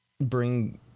bring